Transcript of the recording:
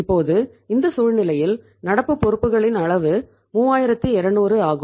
இப்போது இந்த சூழ்நிலையில் நடப்பு பொறுப்புகளின் அளவு 3200 ஆகும்